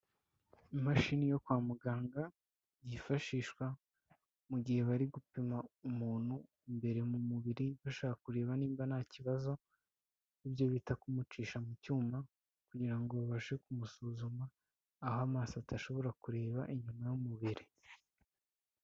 Imashini yo kwa muganga yifashishwa mu gihe bari gupima umuntu imbere mu mubiri bashaka kureba niba nta kibazo, aribyo bita kumucisha mu cyuma kugira ngo babashe kumusuzuma aho amaso atashobora kureba inyuma y'umubiri.